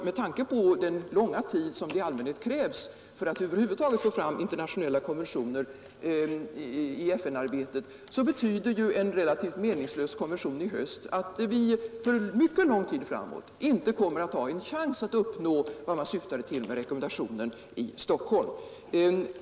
Med tanke på den långa tid som i allmänhet krävs för att över huvud taget få fram internationella konventioner i FN-arbetet betyder en relativt meningslös konvention i höst att vi för mycket lång tid framöver inte kommer att ha en chans att uppnå vad man syftar till med rekommendationen i Stockholm.